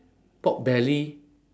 pork belly